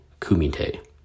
kumite